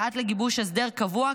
ועד לגיבוש הסדר קבוע,